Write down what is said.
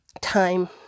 time